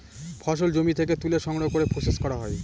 ফসল জমি থেকে তুলে সংগ্রহ করে প্রসেস করা হয়